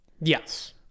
Yes